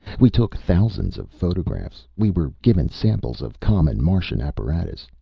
we took thousands of photographs. we were given samples of common martian apparatus,